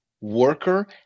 worker